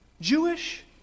Jewish